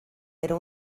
era